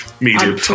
Media